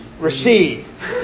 receive